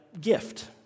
gift